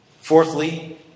Fourthly